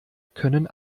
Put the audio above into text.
können